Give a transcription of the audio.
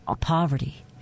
poverty